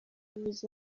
myiza